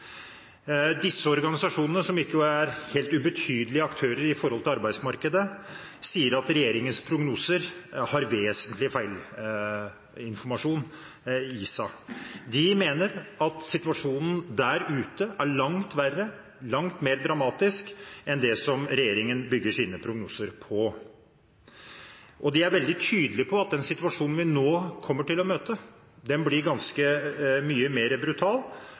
Disse organisasjonene, som ikke er helt ubetydelige aktører i forhold til arbeidsmarkedet, sier at regjeringens prognoser har vesentlig feilinformasjon i seg. De mener at situasjonen der ute er langt verre, langt mer dramatisk, enn det som regjeringen bygger sine prognoser på. De er veldig tydelige på at den situasjonen vi nå kommer til å møte, blir mye mer brutal,